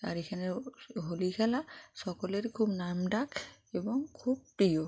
আর এখানের হোলি খেলা সকলের খুব নামডাক এবং খুব প্রিয়